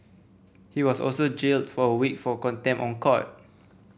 he was also jailed for a week for contempt of court